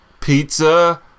pizza